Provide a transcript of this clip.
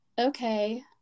okay